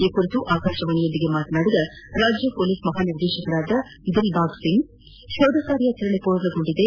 ಈ ಕುರಿತು ಆಕಾಶವಾಣಿಯೊಂದಿಗೆ ಮಾತನಾಡಿದ ರಾಜ್ಯ ಪೊಲೀಸ್ ಮಹಾ ನಿರ್ದೇಶಕ ದಿಲ್ಭಾಗ್ ಸಿಂಗ್ ಶೋಧ ಕಾರ್ಯಾಚರಣೆ ಪೂರ್ಣಗೊಂಡಿದೆ